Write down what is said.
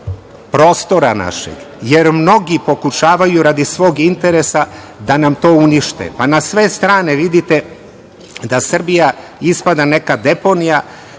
prostora našeg, jer mnogi pokušavaju, radi svog interesa, da nam to unište. Na sve strane vidite da Srbija ispada neka deponija,